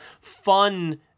fun